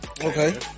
Okay